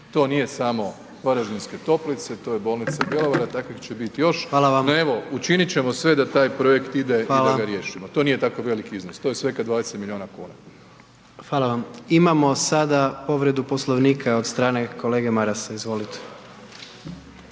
To nije samo Varaždinske Toplice, to je bolnica Bjelovar, a takvih će biti još .../Upadica: Hvala vam./... no evo učinit ćemo sve da taj projekt ide .../Upadica: Hvala./... i da riješimo. To nije tako veliki iznos, to je svega 20 milijuna kuna. **Jandroković, Gordan (HDZ)** Hvala vam. Imamo sada povredu Poslovnika od strane kolege Marasa, izvolite.